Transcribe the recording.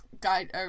guide